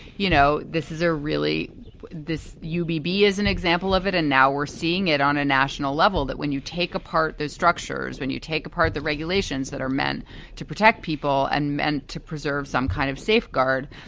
you know, this is a really this uvb is an example of it and now we're seeing it on a national level that when you take apart these structures, when you take apart the regulations that are meant to protect people and meant to preserve some kind of safeguard,